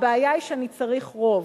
הבעיה היא שאני צריך רוב.